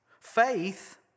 Faith